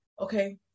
okay